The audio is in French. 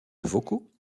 vocaux